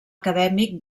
acadèmic